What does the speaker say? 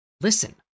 Listen